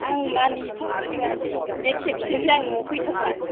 आं मानिथारनोसै मादै बे खेबसेनिफ्राय आं नआव फैथारला